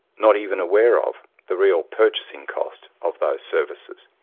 not even aware of, the real, purchasing cost of those services.